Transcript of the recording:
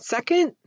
Second